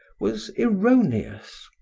was erroneous.